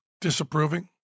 Disapproving